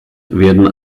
werden